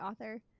author